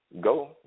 go